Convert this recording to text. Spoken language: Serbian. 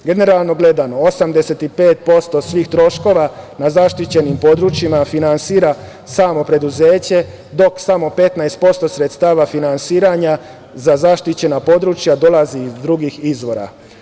Generalno gledano, 85% svih troškova na zaštićenim područjima finansira samo preduzeće, dok samo 15% sredstava finansiranja za zaštićena područja dolazi iz drugih izvora.